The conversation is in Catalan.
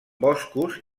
boscos